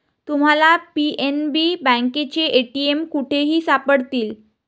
तुम्हाला पी.एन.बी बँकेचे ए.टी.एम कुठेही सापडतील